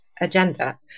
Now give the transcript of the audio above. Agenda